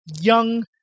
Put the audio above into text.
young